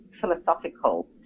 philosophical